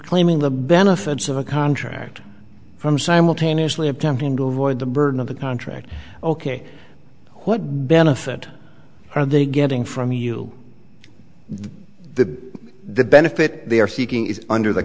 claiming the benefits of a contract from simultaneously attempting to avoid the burden of the contract ok what benefit are they getting from you the the benefit they are seeking is under the